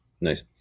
Nice